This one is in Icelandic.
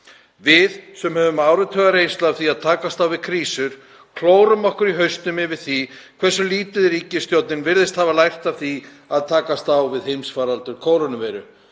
Við sem höfum áratugareynslu af því að takast á við krísur klórum okkur í hausnum yfir því hversu lítið ríkisstjórnin virðist hafa lært af því að takast á við heimsfaraldur kórónuveiru.